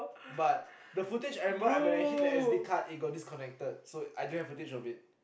but the footage I remember when I hit the S_D card it got disconnected so I don't have footage of it